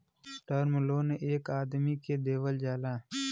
term loan एक आदमी के देवल जाला